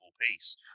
piece